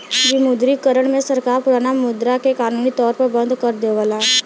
विमुद्रीकरण में सरकार पुराना मुद्रा के कानूनी तौर पर बंद कर देवला